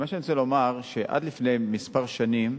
מה שאני רוצה לומר, שעד לפני כמה שנים,